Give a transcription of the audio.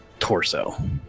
torso